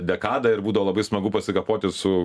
dekadą ir būdavo labai smagu pasikapoti su